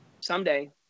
someday